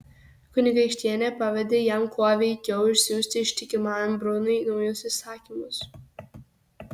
kunigaikštienė pavedė jam kuo veikiau išsiųsti ištikimajam brunui naujus įsakymus